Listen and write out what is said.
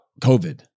COVID